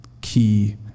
key